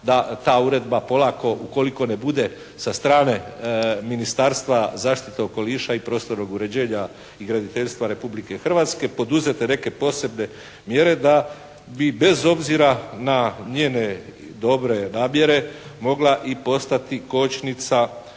da ta uredba polako ukoliko ne bude sa strane Ministarstva zaštite okoliša i prostornog uređenja i graditeljstva Republike Hrvatske poduzete neke posebne mjere da bi bez obzira na njene dobre namjere mogla i postati kočnica